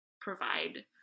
provide